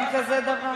אין כזה דבר?